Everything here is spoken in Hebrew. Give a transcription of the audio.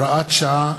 (הוראת שעה),